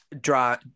draw